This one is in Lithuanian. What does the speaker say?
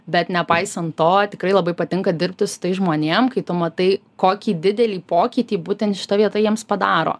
bet nepaisant to tikrai labai patinka dirbti su tais žmonėm kai tu matai kokį didelį pokytį būtent šita vieta jiems padaro